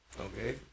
Okay